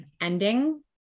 ending